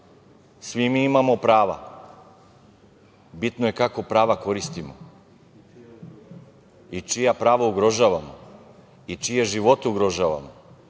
svi mi imamo prava, bitno je kako prava koristimo i čija prava ugrožavamo i čije živote ugrožavamo.